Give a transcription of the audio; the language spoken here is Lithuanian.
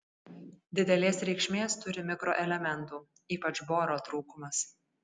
didelės reikšmės turi mikroelementų ypač boro trūkumas